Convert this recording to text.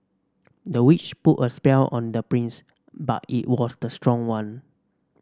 the witch put a spell on their prince but it was the strong one